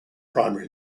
primary